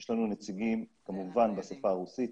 יש לנו נציגים כמובן בשפה הרוסית,